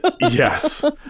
Yes